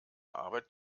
arbeit